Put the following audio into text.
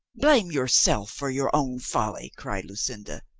blame yourself for your own folly, cried lu cinda.